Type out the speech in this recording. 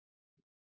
y y' x'